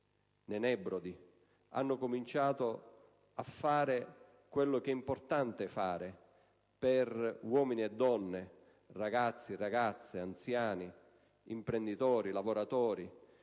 comitati hanno cominciato a fare quello che è importante fare per uomini e donne, ragazzi e ragazze, anziani, imprenditori e lavoratori: